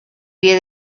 pie